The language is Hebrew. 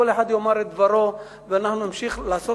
כל אחד יאמר את דברו ואנחנו נמשיך לעשות